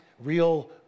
real